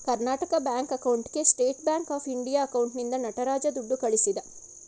Karnataka bank ಅಕೌಂಟ್ಗೆ state bank of India ಅಕೌಂಟ್ನಿಂದ ನಟರಾಜ ದುಡ್ಡು ಕಳಿಸಿದ